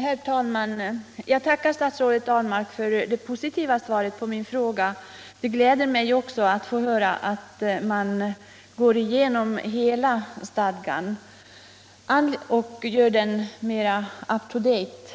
Herr talman! Jag tackar statsrådet Ahlmark för det positiva svaret på min fråga. Det gläder mig också att höra att man går igenom hela stadgan för att göra vårt ställningstagande i fråga om ratificeringen mera upto-date.